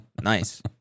nice